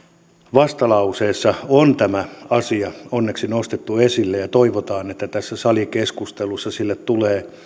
vastalauseessa on tämä asia onneksi nostettu esille ja toivotaan että tässä salikeskustelussa sille tulee